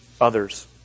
others